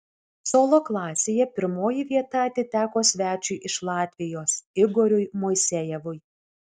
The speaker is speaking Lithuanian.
solo klasėje pirmoji vieta atiteko svečiui iš latvijos igoriui moisejevui